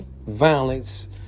violence